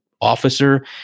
officer